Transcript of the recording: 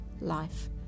life